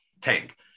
tank